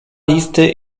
listy